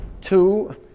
two